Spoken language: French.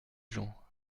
gens